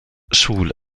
schule